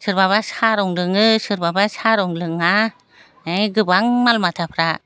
सोरबाबा साहा रं लोङो सोरबाबा साहा रं लोङा है गोबां माल माथाफ्रा